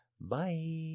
Bye